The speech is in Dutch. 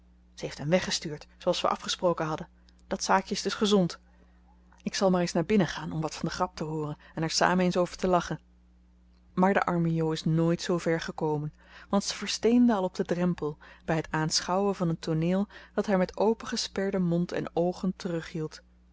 ze heeft hem weggestuurd zooals we afgesproken hadden dat zaakje is dus gezond ik zal maar eens naar binnen gaan om wat van de grap te hooren en er samen eens over te lachen maar de arme jo is nooit zoover gekomen want ze versteende al op den drempel bij het aanschouwen van een tooneel dat haar met opengesperden mond en oogen